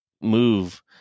move